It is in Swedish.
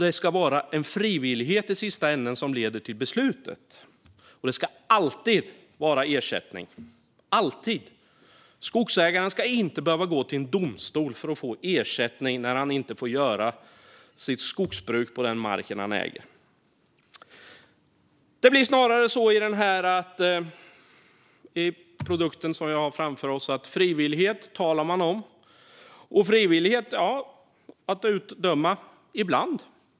Det ska vara en frivillighet i sista änden som leder till beslutet, och det ska alltid vara ersättning - alltid. Skogsägaren ska inte behöva gå till en domstol för att få ersättning när han inte får bedriva sitt skogsbruk på den mark han äger. Det blir snarare så i den produkt vi har framför oss att frivillighet är något man bara talar om. Det handlar om frivillighet att utdöma, ibland.